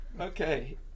Okay